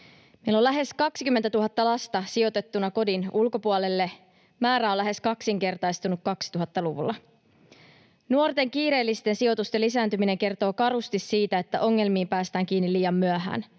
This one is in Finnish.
Meillä on lähes 20 000 lasta sijoitettuna kodin ulkopuolelle. Määrä on lähes kaksinkertaistunut 2000-luvulla. Nuorten kiireellisten sijoitusten lisääntyminen kertoo karusti siitä, että ongelmiin päästään kiinni liian myöhään.